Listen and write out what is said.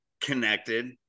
connected